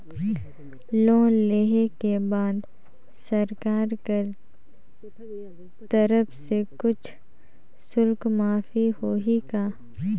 Loan लेहे के बाद सरकार कर तरफ से कुछ शुल्क माफ होही का?